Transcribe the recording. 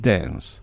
Dance